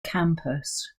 campus